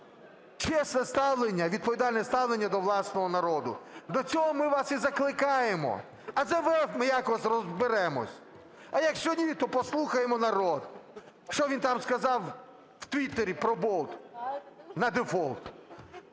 чесне ставлення, відповідальне ставлення до власного народу. До цього ми вас і закликаємо. А з МВФ ми якось розберемось. А якщо ні, то послухаємо народ, що він там сказав в Твіттері про болт на дефолт.